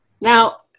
Now